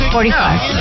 Forty-five